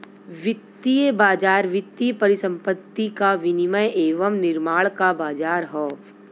वित्तीय बाज़ार वित्तीय परिसंपत्ति क विनियम एवं निर्माण क बाज़ार हौ